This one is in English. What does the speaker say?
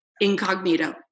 incognito